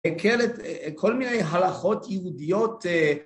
כל מיני הלכות יהודיות